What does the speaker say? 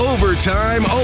Overtime